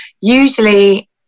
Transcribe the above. usually